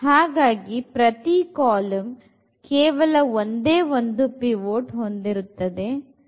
ಹಾಗಾಗಿ ಪ್ರತಿ ಕಾಲಂ ಕೇವಲ ಒಂದೇ ಒಂದು ಪಿವೊಟ್ ಹೊಂದಿರುತ್ತದೆ